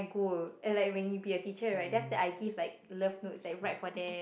right you're right